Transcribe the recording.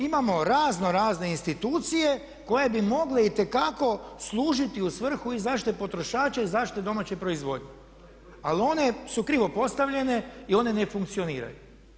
Imamo raznorazne institucije koje bi mogle itekako služiti u svrhu i zaštite potrošača i zaštite domaće proizvodnje, ali one su krivo postavljene i one ne funkcioniraju.